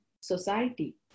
society